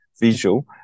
visual